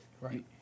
Right